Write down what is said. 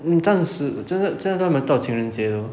um 暂时就是就都还没有到情人节 though